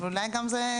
אבל אולי זה גם לטובה.